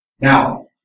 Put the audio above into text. Now